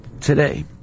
today